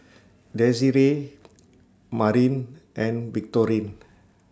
Desirae Marin and Victorine